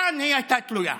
כאן היא הייתה תלויה.